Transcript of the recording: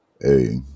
Hey